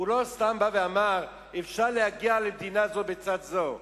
ולא סתם אמר שניתן להגיע למדינה זו בצד זו.